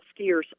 skiers